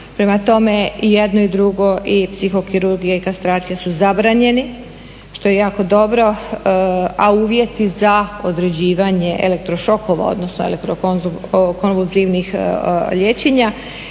Prema tome i jedno i drugo i psihokirurgija i kastracija su zabranjeni što je jako dobro, a uvjeti za određivanje elektrošokova odnosno elektrokonvulzivnih liječenja